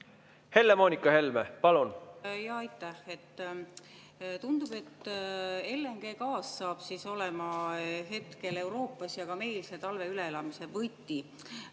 Helle-Moonika Helme, palun!